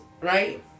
right